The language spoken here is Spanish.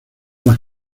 las